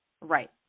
Right